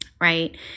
Right